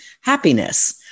happiness